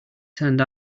turned